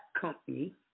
company